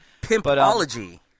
Pimpology